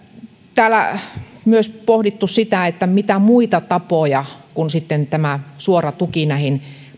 täällä on myös pohdittu mitä muita tapoja kuin tämä suora tuki näihin